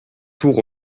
tours